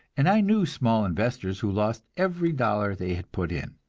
and i knew small investors who lost every dollar they had put in.